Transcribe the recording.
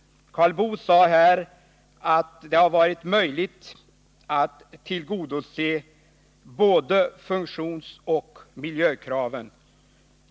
Karl Boo sade att det har varit möjligt att tillgodose både funktionsoch miljökraven.